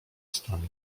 stanu